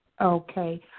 Okay